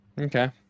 okay